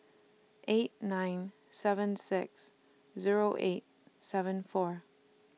eight nine seven six Zero eight seven four